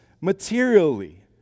materially